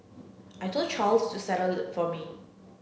I told Charles to settle it for me